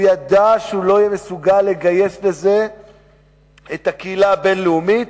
הוא ידע שהוא לא יהיה מסוגל לגייס לזה את הקהילה הבין-לאומית,